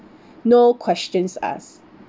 no questions asked